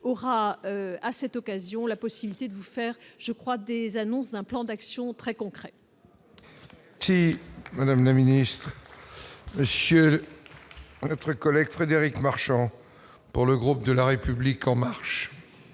aura à cette occasion, la possibilité de vous faire je crois que des annonces d'un plan d'action très concret. Si Madame la Ministre Monsieur notre collègue Frédéric Marchand pour le groupe de la République en marche.